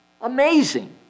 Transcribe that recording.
Amazing